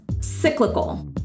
cyclical